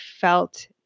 felt